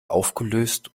aufgelöst